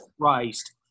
Christ